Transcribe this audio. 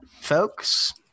folks